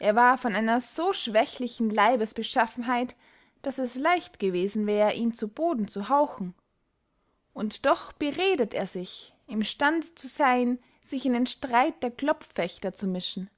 er war von einer so schwächlichen leibesbeschaffenheit daß es leicht gewesen wär ihn zu boden zu hauchen und doch beredet er sich im stande zu seyn sich in den streit der klopffechter zu mischen